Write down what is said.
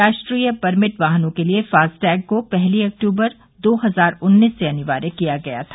राष्ट्रीय परमिट वाहनों के लिए फास्टैग को पहली अक्तूबर दो हजार उन्नीस से अनिवार्य किया गया था